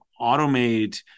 automate